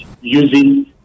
using